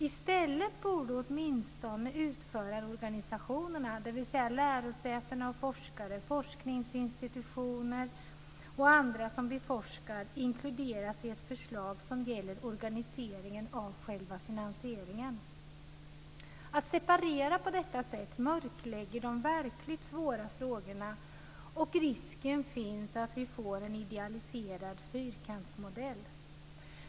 I stället borde åtminstone utförarorganisationerna - dvs. lärosätena, forskare, forskningsinstitutioner och andra som beforskar - inkluderas i ett förslag som gäller organiseringen av själva finansieringen. Att separera på detta sätt mörklägger de verkligt svåra frågorna, och risken finns att vi får en idealiserad fyrkantsmodell.